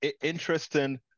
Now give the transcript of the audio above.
interesting